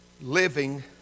living